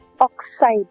oxide